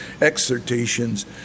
exhortations